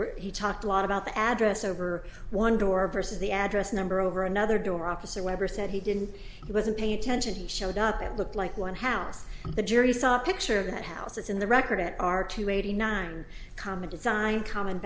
were he talked a lot about the address over one door versus the address number over another door officer webber said he didn't he wasn't paying attention he showed up it looked like one house the jury saw a picture of that house in the record at our two eighty nine common design common